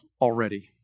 already